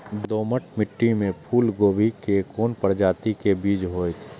दोमट मिट्टी में फूल गोभी के कोन प्रजाति के बीज होयत?